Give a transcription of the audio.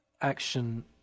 action